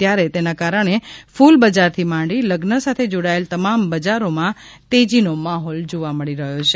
ત્યારે તેના કારણે કુલ બજારથી માંડી લઝ્ન સાથે જોડાયેલ તમામ બજારોમાં તેજીનો માહોલ જોવા મળી રહ્યો છે